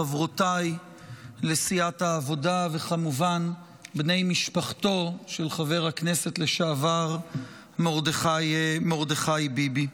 חברותיי לסיעת העבודה וכמובן בני משפחתו של חבר הכנסת לשעבר מרדכי ביבי,